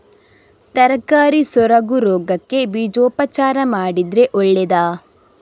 ತರಕಾರಿ ಸೊರಗು ರೋಗಕ್ಕೆ ಬೀಜೋಪಚಾರ ಮಾಡಿದ್ರೆ ಒಳ್ಳೆದಾ?